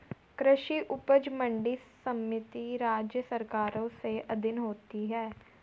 कृषि उपज मंडी समिति राज्य सरकारों के अधीन होता है